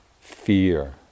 fear